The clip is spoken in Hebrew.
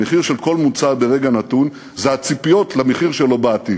המחיר של כל מוצר ברגע נתון זה הציפיות למחיר שלו בעתיד.